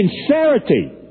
Sincerity